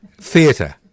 Theatre